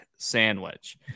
sandwich